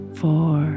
four